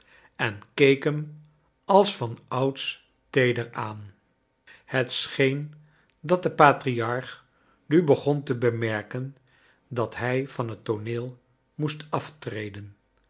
en keek hem als van ouds teeder aan het scheen dat de patriarch nu begon te bemerken dat hij van het tooneel moest aftreden